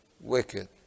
wicked